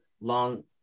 Long